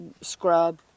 scrub